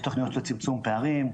יש תוכניות של צמצום פערים,